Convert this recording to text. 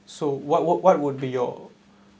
so what what what would be your